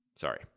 Sorry